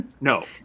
No